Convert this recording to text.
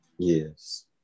Yes